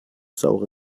saure